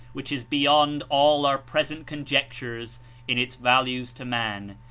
which is beyond all our present conjectures in its values to man.